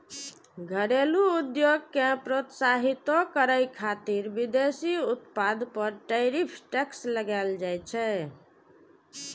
घरेलू उद्योग कें प्रोत्साहितो करै खातिर विदेशी उत्पाद पर टैरिफ टैक्स लगाएल जाइ छै